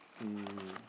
mm